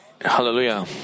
hallelujah